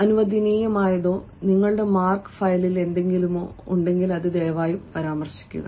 അനുവദനീയമായതോ നിങ്ങളുടെ മാർക്ക് ഫയലിൽ എന്തെങ്കിലുമോ ദയവായി പരാമർശിക്കുക